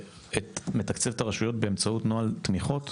שמתקצב את הרשויות באמצעות נוהל תמיכות: